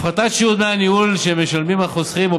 הפחתת שיעור דמי הניהול שמשלמים חוסכים או